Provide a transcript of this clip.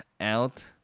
out